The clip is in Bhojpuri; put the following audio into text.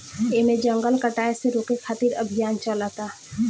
एमे जंगल कटाये से रोके खातिर अभियान चलता